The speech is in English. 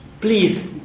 please